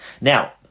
Now